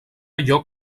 allò